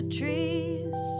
trees